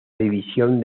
división